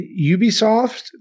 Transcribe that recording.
Ubisoft